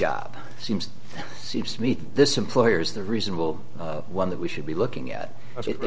job seems to meet this employer's the reasonable one that we should be looking at